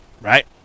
Right